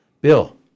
Bill